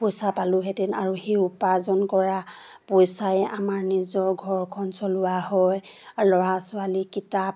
পইচা পালোহেঁতেন আৰু সেই উপাৰ্জন কৰা পইচাই আমাৰ নিজৰ ঘৰখন চলোৱা হয় ল'ৰা ছোৱালীৰ কিতাপ